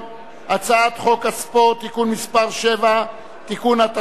הצעת חוק הספורט (תיקון מס' 7) (תיקון),